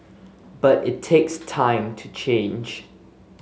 but it takes time to change